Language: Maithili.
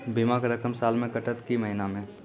बीमा के रकम साल मे कटत कि महीना मे?